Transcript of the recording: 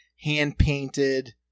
hand-painted